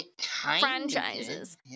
franchises